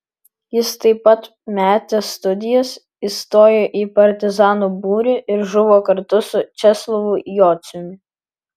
jis taip pat metė studijas įstojo į partizanų būrį ir žuvo kartu su česlovu jociumi